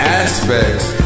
aspects